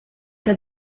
que